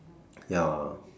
ya